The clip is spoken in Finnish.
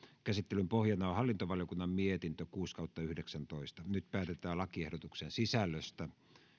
käsittelyn pohjana on hallintovaliokunnan mietintö kuusi nyt päätetään lakiehdotuksen sisällöstä